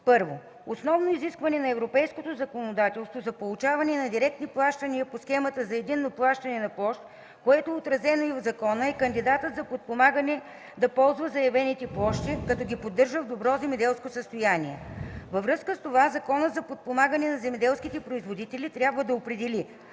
1. Основно изискване на европейското законодателство за получаване на директни плащания по Схемата за единно плащане на площ, което е отразено и в закона, е кандидатът за подпомагане да ползва заявените площи, като ги поддържа в добро земеделско състояние. Във връзка с това Законът за подпомагане на земеделските производители трябва да определи